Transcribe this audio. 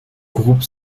groupe